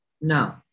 no